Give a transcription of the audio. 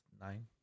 nine